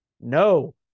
No